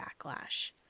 backlash